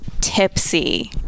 tipsy